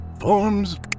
forms